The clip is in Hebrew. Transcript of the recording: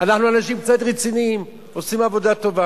אנחנו אנשים קצת רציניים, עושים עבודה טובה.